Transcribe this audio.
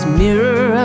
mirror